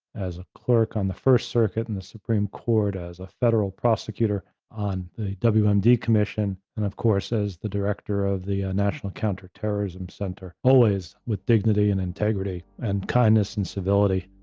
as a clerk on the first circuit, and the supreme court as a federal prosecutor on the wmd commission, and of course, as the director of the national counterterrorism center, always with dignity and integrity and kindness and civility.